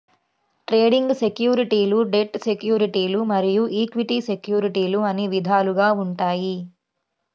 trading సెక్యూరిటీలు debt సెక్యూరిటీలు మరియు ఈక్విటీ సెక్యూరిటీలు అని విధాలుగా ఉంటాయి